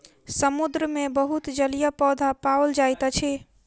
समुद्र मे बहुत जलीय पौधा पाओल जाइत अछि